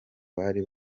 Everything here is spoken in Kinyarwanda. bari